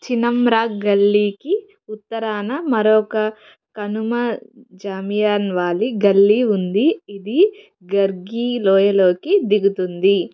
చినమ్రాగ్ గల్లీకి ఉత్తరాన మరొక కనుమ జామియాన్ వాలీ గల్లీ ఉంది ఇది గగ్రి లోయలోకి దిగుతుంది